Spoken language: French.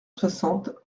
soixante